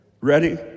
Ready